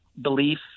belief